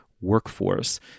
workforce